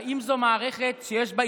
האם זאת מערכת שיש עליה ביקורת?